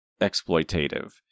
exploitative